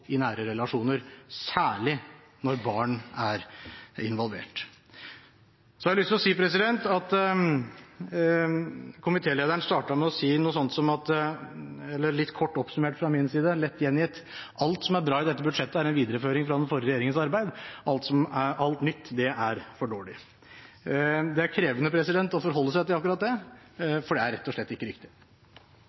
i nære relasjoner, særlig når barn er involvert. Så har jeg lyst til å si at komitélederen startet med å si noe sånt som at – litt kort oppsummert fra min side, lett gjengitt – alt som er bra i dette budsjettet, er en videreføring fra den forrige regjeringens arbeid. Alt nytt er for dårlig. Det er krevende å forholde seg til akkurat det, for det er rett og slett ikke riktig.